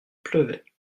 pleuvait